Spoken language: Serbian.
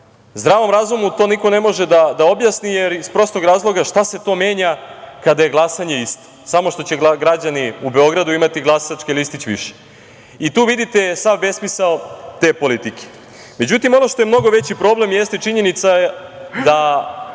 godine. Zdravom razumu to niko ne može da objasni iz prostog razloga šta se to menja kada je glasanje isto, samo što će građani u Beogradu imati glasački listić više i tu vidite sav besmisao te politike. Međutim, ono što je veći problem jeste činjenica da